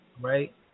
Right